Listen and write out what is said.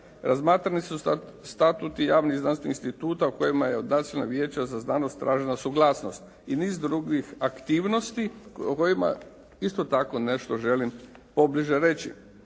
razmatrani su statuti javnih znanstvenih instituta o kojima je od Nacionalnog vijeća za znanost tražena suglasnost, i niz drugih aktivnosti o kojima isto tako želim nešto pobliže reći.